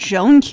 Joan